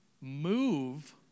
move